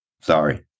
Sorry